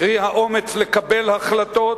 קרי האומץ לקבל החלטות